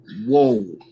Whoa